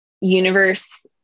universe